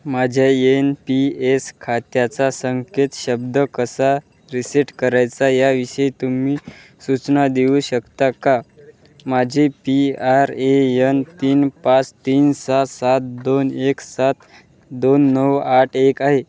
माझ्या N P S खात्याचा संकेत शब्द कसा रिसेट करायचा याविषयी तुम्ही सूचना देऊ शकता का माझे पी आर ए यन तीन पाच तीन सहा सात दोन एक सात दोन नऊ आठ एक आहे